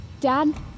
Dad